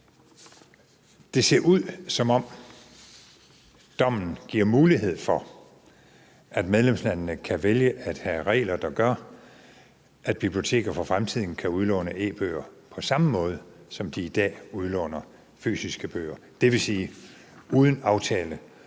Det ser ud, som om dommen giver mulighed for, at medlemslandene kan vælge at have regler, der gør, at biblioteker for fremtiden kan udlåne e-bøger på samme måde, som de i dag udlåner fysiske bøger, dvs. uden aftale